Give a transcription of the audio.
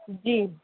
جی